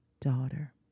Daughter